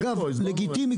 אגב לגיטימי,